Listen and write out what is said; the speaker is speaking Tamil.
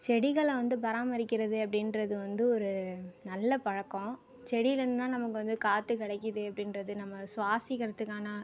செடிகளை வந்து பராமரிக்கிறது அப்படின்றது வந்து ஒரு நல்ல பழக்கம் செடியிலேருந்து தான் நமக்கு வந்து காற்று கிடைக்கிது அப்படின்றது நம்ம சுவாசிக்கிறதுக்கான